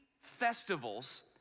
festivals